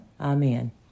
Amen